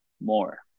more